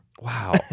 wow